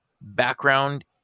background